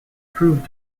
proved